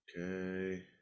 Okay